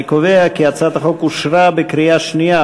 אני קובע כי הצעת החוק אושרה בקריאה שנייה.